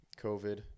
COVID